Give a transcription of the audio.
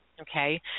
Okay